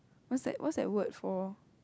what's that what's that word for